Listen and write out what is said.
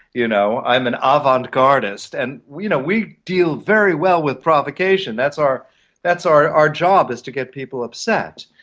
you know. i'm an ah avant-garde-ist. and we you know we deal very well with provocation, that's our that's our job, is to get people upset,